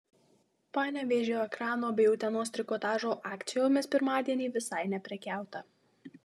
panevėžio ekrano bei utenos trikotažo akcijomis pirmadienį visai neprekiauta